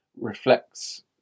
reflects